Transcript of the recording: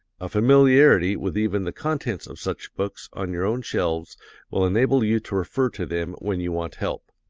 a familiarity with even the contents of such books on your own shelves will enable you to refer to them when you want help.